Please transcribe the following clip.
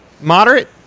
moderate